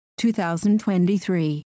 2023